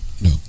No